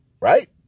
Right